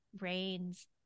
Rain's